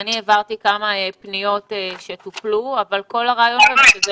אני העברתי כמה פניות שטופלו אבל כל הרעיון הוא שזה